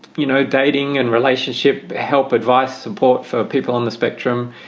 you know, dating and relationship help, advice, support for people on the spectrum.